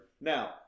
Now